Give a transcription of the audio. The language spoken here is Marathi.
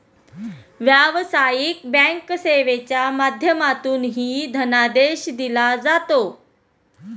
व्यावसायिक बँक सेवेच्या माध्यमातूनही धनादेश दिले जातात